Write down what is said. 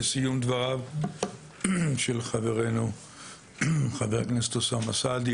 לסיום דבריו של חברנו חבר הכנסת אוסאמה סעדי,